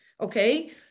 okay